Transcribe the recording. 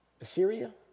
Assyria